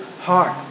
heart